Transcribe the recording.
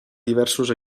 diversos